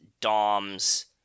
Dom's